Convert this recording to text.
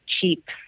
cheap